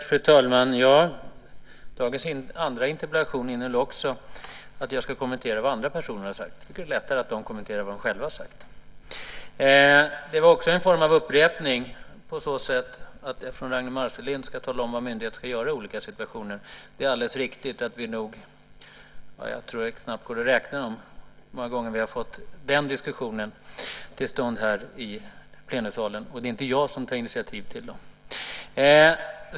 Fru talman! Debatten om dagens andra interpellation innehöll också en begäran om att jag ska kommentera vad andra personer har sagt. Jag tycker att det är lättare att de kommenterar vad de själva har sagt. Det var också en form av upprepning på så sätt att Ragnwi Marcelind säger att jag ska tala om vad myndigheter ska göra i olika situationer. Det är alldeles riktigt att vi har fått den diskussionen till stånd många gånger här i plenisalen - man kan knappt räkna dem - och det är inte jag som har tagit initiativ till den.